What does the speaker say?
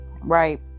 Right